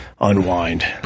unwind